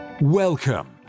Welcome